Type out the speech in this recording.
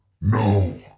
No